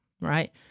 right